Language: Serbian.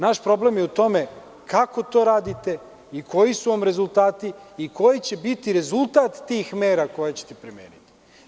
Naš problem je u tome kako to radite i koji su vam rezultati i koji će biti rezultat tih mera koje ćete primeniti.